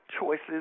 choices